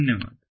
धन्यवाद